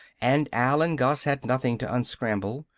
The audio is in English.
and al and gus had nothing to unscramble,